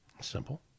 Simple